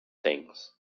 things